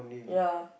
ya